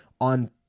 on